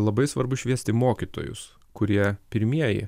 labai svarbu šviesti mokytojus kurie pirmieji